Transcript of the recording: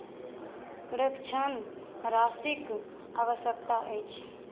राशिक आवश्यकता अछि